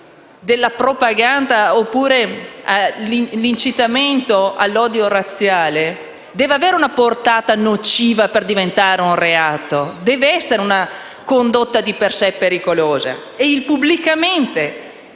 di propaganda o dell'incitamento all'odio razziale, esso deve avere una portata nociva per diventare reato, deve essere una condotta di per sé pericolosa. Pertanto